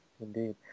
Indeed